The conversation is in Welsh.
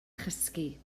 chysgu